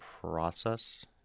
process